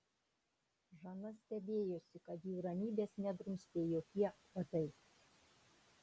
žana stebėjosi kad jų ramybės nedrumstė jokie uodai